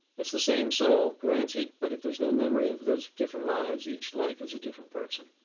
it's the same soul, granted, but if there's no memory of those different lives, each life is a different person.